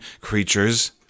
creatures